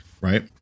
right